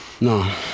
No